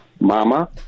mama